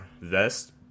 vest